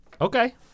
Okay